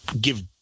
give